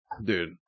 Dude